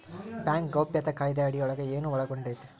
Bank ಗೌಪ್ಯತಾ ಕಾಯಿದೆ ಅಡಿಯೊಳಗ ಏನು ಒಳಗೊಂಡೇತಿ?